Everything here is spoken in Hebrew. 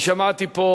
אני שמעתי פה